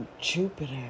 Jupiter